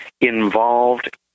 involved